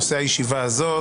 נושא הישיבה הזאת,